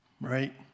right